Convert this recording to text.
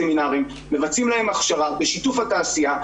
63 פגישות סביב הנושא,